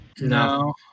No